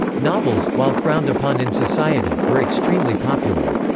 novels, while frowned upon in society, were extremely popular.